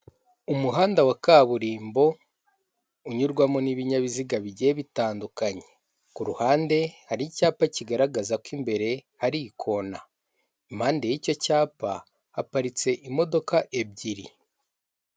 Umuhanda wa kaburimbo unyurwamo n'ibinyabiziga bigiye bitandukanye, ku ruhande hari icyapa kigaragaza ko imbere hari ikona, impande y'icyo cyapa haparitse imodoka ebyiri.